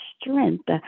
strength